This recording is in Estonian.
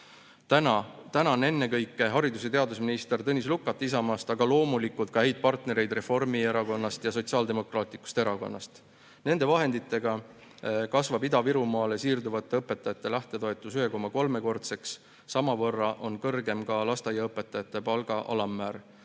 Tänan ennekõike haridus- ja teadusminister Tõnis Lukast Isamaast, aga loomulikult ka häid partnereid Reformierakonnast ja Sotsiaaldemokraatlikust Erakonnast. Nende vahenditega kasvab Ida‑Virumaale siirduvate õpetajate lähtetoetus 1,3‑kordseks. Samavõrra on kõrgem ka lasteaiaõpetajate palga alammäär.